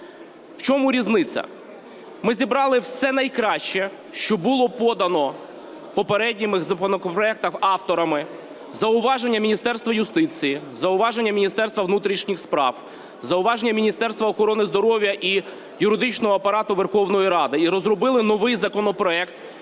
В чому різниця? Ми зібрали все найкраще, що було подано в попередніх законопроектах авторами: зауваження Міністерства юстиції, зауваження Міністерства внутрішніх справ, зауваження Міністерства охорони здоров'я і юридичного Апарату Верховної Ради і розробили новий законопроект,